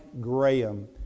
Graham